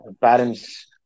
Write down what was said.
parents